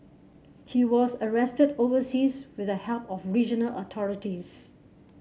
he was arrested overseas with the help of regional authorities